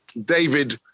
David